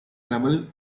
trouble